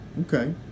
Okay